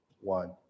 one